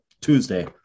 Tuesday